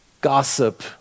Gossip